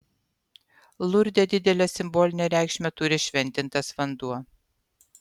lurde didelę simbolinę reikšmę turi šventintas vanduo